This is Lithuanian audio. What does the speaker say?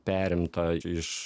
perimta iš